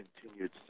continued